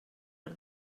per